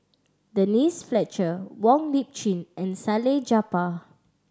Denise Fletcher Wong Lip Chin and Salleh Japar